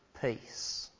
peace